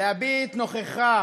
להביט נכוחה